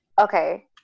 Okay